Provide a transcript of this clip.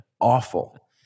awful